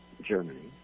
Germany